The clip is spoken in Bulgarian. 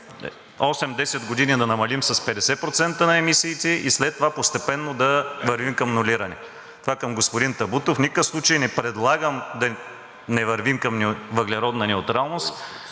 10 години да намалим с 50% емисиите и след това постепенно да вървим към нулиране. Това към господин Табутов. В никакъв случай не предлагам да не вървим към въглеродна неутралност.